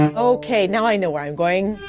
ok, now i know where i'm going.